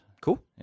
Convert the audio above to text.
Cool